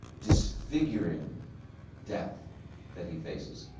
disfiguring death that he faces.